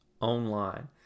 online